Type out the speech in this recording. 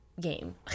game